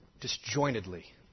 disjointedly